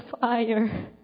fire